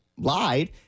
Lied